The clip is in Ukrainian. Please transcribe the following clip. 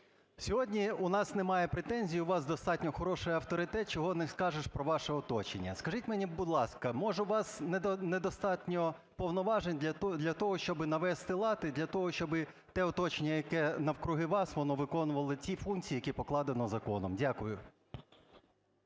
Сьогодні у нас немає претензій, у вас достатньо хороший авторитет, чого не скажеш про ваше оточення. Скажіть мені, будь ласка, може у вас недостатньо повноважень для того, щоби навести лад і для того, щоби те оточення, яке навкруги вас, воно виконувало ті функції, які покладено законом. Дякую.